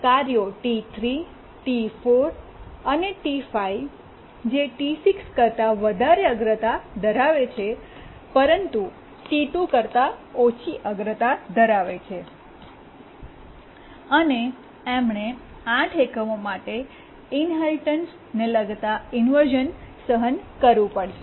કાર્યો T3T4 અને T5 જે T6 કરતા વધારે અગ્રતા ધરાવે છે પરંતુ T2 કરતા ઓછી અગ્રતા ધરાવે છે અને એમણે 8 એકમો માટે ઇન્હેરિટન્સને લગતા ઇન્વર્શ઼ન સહન કરવું પડે છે